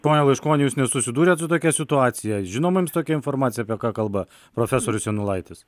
pone laiškoni jūs nesusidūrėt su tokia situacija žinoma jums tokia informacija apie ką kalba profesorius janulaitis